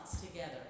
together